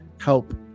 help